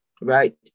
Right